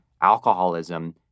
alcoholism